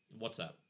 WhatsApp